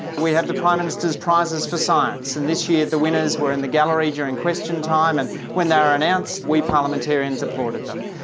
we have the prime minister's prizes for science, and this year the winners were in the gallery during question time, and when they were announced we parliamentarians applauded them.